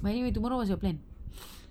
but anyway tomorrow what's your plan